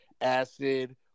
Acid